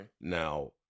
Now